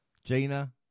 Gina